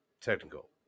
technical